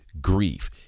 grief